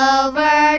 over